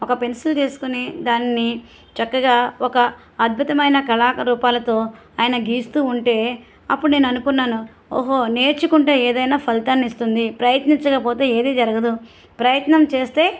ఒక పెన్సిల్ తీసుకొని దాన్ని చక్కగా ఒక అద్భుతమైన కళారూపాలతో ఆయన గీస్తూ ఉంటే అప్పుడు నేను అనుకున్నాను ఓహో నేర్చుకుంటే ఏదైనా ఫలితాన్ని ఇస్తుంది ప్రయత్నించకపోతే ఏదీ జరగదు ప్రయత్నం చేస్తే